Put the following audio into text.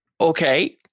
Okay